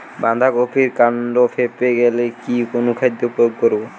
বাঁধা কপির কান্ড ফেঁপে গেলে কি অনুখাদ্য প্রয়োগ করব?